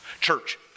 Church